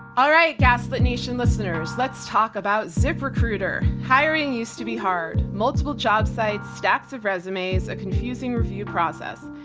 alright, gaslit nation listeners, let's talk about ziprecruiter. hiring used to be hard, multiple job sites, stacks of resumes, a confusing review process.